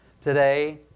today